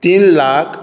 तीन लाख